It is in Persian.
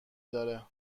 داره